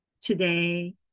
today